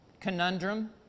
conundrum